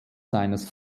seines